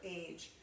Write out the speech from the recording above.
age